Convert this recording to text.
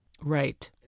Right